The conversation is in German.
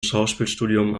schauspielstudium